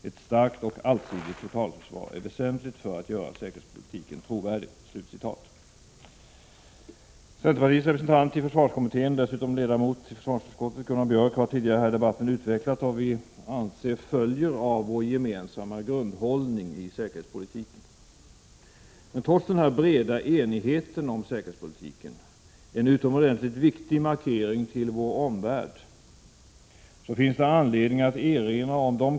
Ett starkt och allsidigt totalförsvar är väsentligt för att göra säkerhetspolitiken trovärdig.” Centerpartiets representant i försvarskommittén, Gunnar Björk i Gävle, som dessutom är ledamot i försvarsutskottet, har tidigare i debatten utvecklat vad vi anser följer av vår gemensamma grundhållning i säkerhetspolitiken. Trots den breda enigheten om säkerhetspolitiken — en utomordentligt viktig markering till vår omvärld — finns det anledning att erinra om de krav 55 Prot.